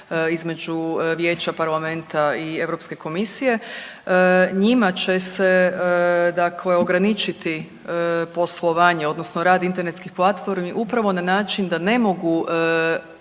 između Vijeća, Parlamenta i EU komisije. Njima će se dakle ograničiti poslovanje, odnosno rad internetskih platformi upravo na način da ne mogu